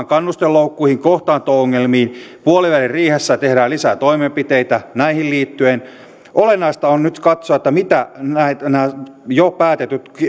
kannustinloukkuihin kohtaanto ongelmiin puoliväliriihessä tehdään lisää toimenpiteitä näihin liittyen olennaista on nyt katsoa miten nämä jo päätetyt